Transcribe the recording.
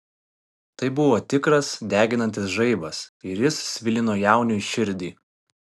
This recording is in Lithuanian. tai buvo tikras deginantis žaibas ir jis svilino jauniui širdį